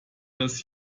das